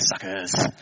suckers